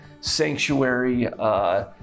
Sanctuary